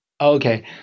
Okay